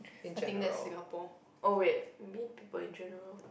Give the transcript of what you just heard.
I think that's Singapore oh wait maybe people in general